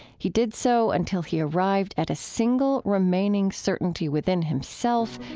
he did so until he arrived at a single remaining certainty within himself,